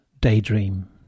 daydream